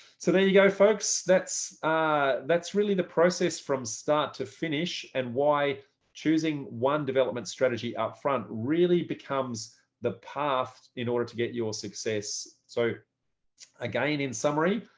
so there you go, folks, that's that's really the process from start to finish and why choosing one development strategy up front really becomes the path in order to get your success. so again, in summary,